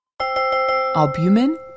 Albumin